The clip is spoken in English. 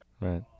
right